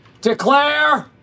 declare